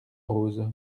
rose